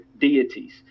deities